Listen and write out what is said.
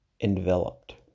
enveloped